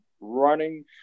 Running